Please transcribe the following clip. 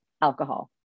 Alcohol